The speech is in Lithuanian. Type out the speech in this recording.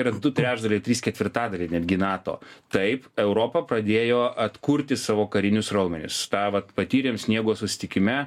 yra du trečdaliai trys ketvirtadaliai netgi nato taip europa pradėjo atkurti savo karinius raumenis tą vat patyrėm sniego susitikime